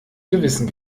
gewissen